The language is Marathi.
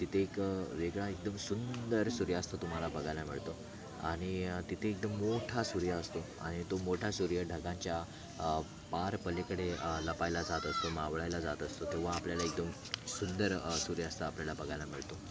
तिथे एक वेगळा एकदम सुंदर सूर्यास्त तुम्हाला बघायला मिळतो आणि तिथे एकदम मोठा सूर्य असतो आणि तो मोठा सूर्य ढगांच्या पार पलीकडे लपायला जात असतो मावळायला जात असतो तेव्हा आपल्याला एकदम सुंदर सूर्यास्त आपल्याला बघायला मिळतो